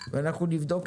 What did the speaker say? אני לא יודעת אם אתם יודעים